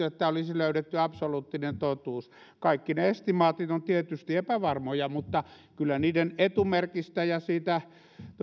että olisi löydetty absoluuttinen totuus kaikki ne estimaatit ovat tietysti epävarmoja mutta kyllä niiden etumerkistä ja siitä